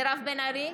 מירב בן ארי,